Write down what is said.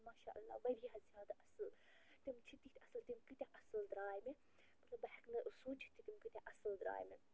ماشاء اللہ ؤرۍیاہ زیادٕ اَصٕل تِم چھِ تِتھۍ اَصٕل تِم کٲتیٛاہ اَصٕل درٛاے مےٚ مطلب بہٕ ہیٚکہٕ نہٕ سوٗنٛچِتھ تہِ تِم کۭتاہ اَصٕل درٛے مےٚ